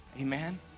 amen